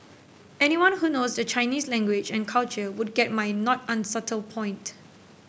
anyone who knows the Chinese language and culture would get my not unsubtle point